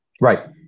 Right